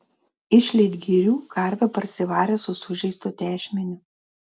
iš leitgirių karvę parsivarė su sužeistu tešmeniu